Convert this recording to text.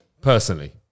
personally